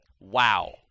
Wow